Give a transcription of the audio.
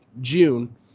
June